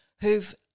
who've